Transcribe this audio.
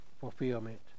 fulfillment